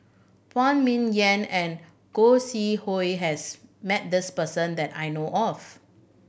Phan Ming Yen and Gog Sing Hooi has met this person that I know of